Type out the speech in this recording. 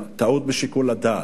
טעות בשיקול הדעת.